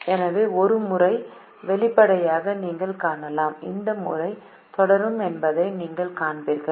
எனவே ஒரு முறை வெளிப்படுவதை நீங்கள் காணலாம் இந்த முறை தொடரும் என்பதை நீங்கள் காண்பீர்கள்